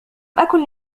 أكن